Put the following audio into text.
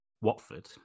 Watford